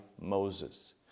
Moses